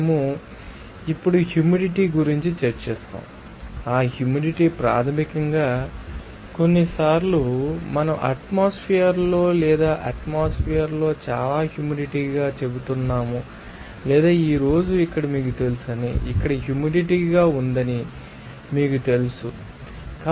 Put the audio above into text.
మేము ఇప్పుడు హ్యూమిడిటీ గురించి చర్చిస్తాము ఆ హ్యూమిడిటీ ప్రాథమికంగా కొన్నిసార్లు మనం అట్మాస్ఫెర్ ంలో లేదా అట్మాస్ఫెర్ ంలో చాలా హ్యూమిడిటీ గా చెబుతున్నాము లేదా ఈ రోజు ఇక్కడ మీకు తెలుసని ఇక్కడ హ్యూమిడిటీ గా ఉందని మీకు తెలుసు అని మీరు చెప్పవచ్చు